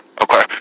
okay